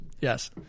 Yes